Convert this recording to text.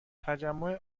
تجمع